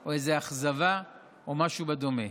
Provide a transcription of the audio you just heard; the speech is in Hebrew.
או איזו אכזבה או משהו דומה.